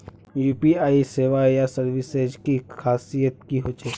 UPI सेवाएँ या services की खासियत की होचे?